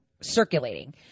circulating